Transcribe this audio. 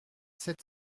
sept